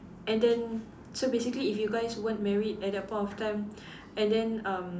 and then so basically if you guys weren't married at that point of time and then um